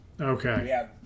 Okay